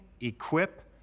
equip